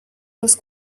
was